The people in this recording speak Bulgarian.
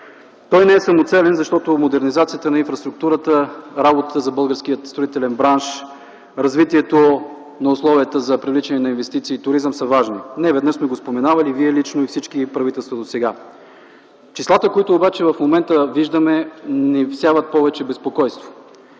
не е самоцелен, защото модернизацията на инфраструктурата, работата за българския строителен бранш, развитието на условията за привличане на инвестиции и туризъм са важни. Неведнъж сме го споменавали – и Вие лично, и всички правителства досега. Числата обаче, които в момента виждаме, ни всяват повече безпокойство.